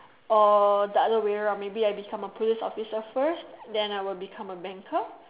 or the other way round maybe I become a police officer first then I become a banker